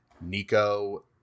Nico